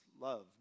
love